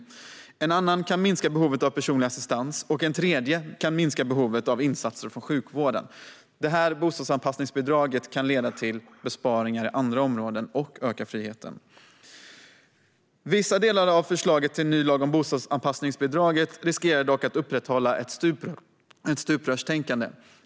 För någon annan kan det minska behovet av personlig assistans eller behovet av insatser från sjukvården. Bostadsanpassningsbidraget kan leda till besparingar på andra områden och öka friheten. Vissa delar av förslaget till ny lag om bostadsanpassningsbidrag riskerar dock att upprätthålla ett stuprörstänkande.